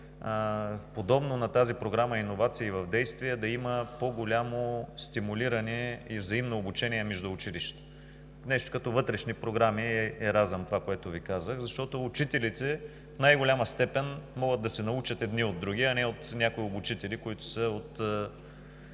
подобно на програмата „Иновации в действие“, да има по-голямо стимулиране и взаимно обучение между училищата. Нещо като вътрешни програми „Еразъм“ – това, което Ви казах, защото учителите в най-голяма степен могат да се научат едни от други, а не от някои обучители, които са от